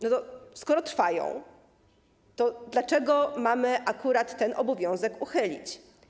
No to skoro trwają, to dlaczego mamy akurat ten obowiązek uchylić?